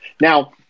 Now